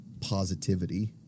positivity